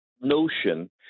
notion